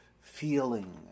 feeling